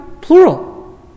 Plural